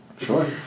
Sure